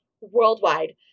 worldwide